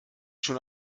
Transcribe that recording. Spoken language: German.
schon